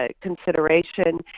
consideration